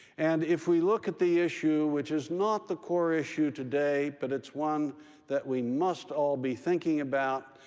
and if we look at the issue which is not the core issue today, but it's one that we must all be thinking about,